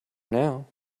now